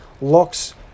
locks